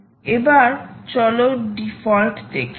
এবার চলো ডিফল্ট দেখি